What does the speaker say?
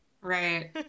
Right